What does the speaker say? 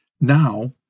Now